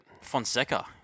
Fonseca